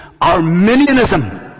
Arminianism